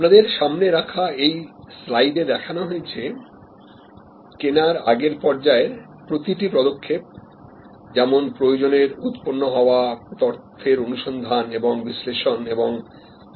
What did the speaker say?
আপনাদের সামনে রাখা এই স্লাইডে দেখানো হয়েছে কেনার আগেরপর্যায়ের প্রতিটা পদক্ষেপ যেমন প্রয়োজনের উৎপন্ন হওয়া তথ্যের অনুসন্ধান এবং বিশ্লেষণ এবং ক্রয় করার বিচার করা